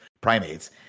primates